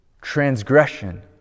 transgression